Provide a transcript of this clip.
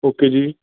okay ਜੀ